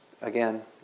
again